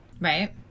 Right